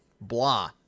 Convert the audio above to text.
blah